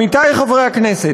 עמיתי חברי הכנסת,